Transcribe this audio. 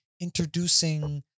introducing